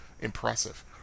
Impressive